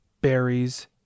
berries